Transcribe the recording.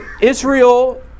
Israel